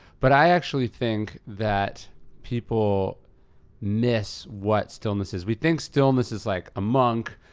but i actually think that people miss what stillness is. we think stillness is like a monk,